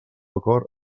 acord